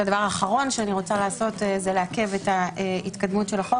והדבר האחרון שאני רוצה לעשות זה לעכב את ההתקדמות של החוק,